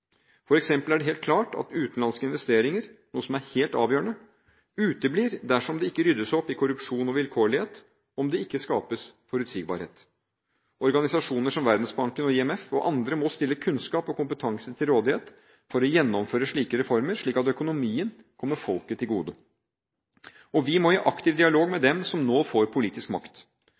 er det helt klart at utenlandske investeringer – noe som er helt avgjørende – uteblir dersom det ikke ryddes opp i korrupsjon og vilkårlighet, og det ikke skapes forutsigbarhet. Organisasjoner som Verdensbanken og IMF og andre må stille kunnskap og kompetanse til rådighet for å gjennomføre slike reformer, slik at økonomien kommer folket til gode. Og vi må i aktiv dialog med dem som nå får politisk makt.